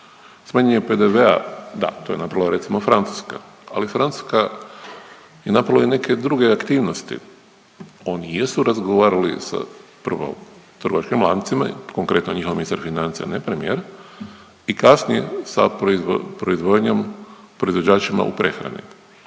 Smanjenje PDV-a da, to je napravila recimo Francuska, ali Francuska je napravila i neke druge aktivnosti. Oni jesu razgovarali sa prvo trgovačkim lancima, konkretno njihov ministar financija ne premijer i kasnije sa proizvodnjom, proizvođačima u prehrani.